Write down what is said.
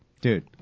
Dude